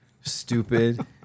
stupid